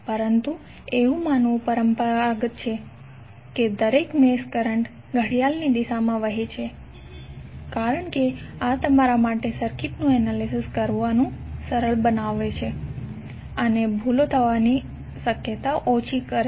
પરંતુ એવું માનવું પરંપરાગત છે કે દરેક મેશ કરંટ ઘડિયાળની દિશામાં વહે છે કારણ કે આ તમારા માટે સર્કિટનું એનાલિસિસ કરવાનું સરળ બનશે અને ભૂલો થવાની શક્યતા ઓછી થાશે